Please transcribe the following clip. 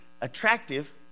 attractive